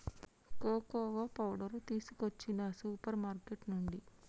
cocoa powder తీసుకొచ్చిన supermarket నుండి